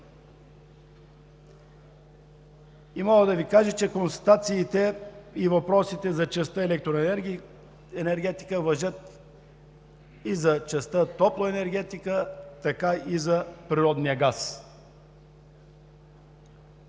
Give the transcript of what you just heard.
Мога да Ви кажа, че констатациите и въпросите за частта „Електроенергия, енергетика“ важат и за частта „Топлоенергетика“, както и за природния газ.